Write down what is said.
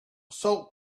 salt